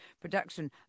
production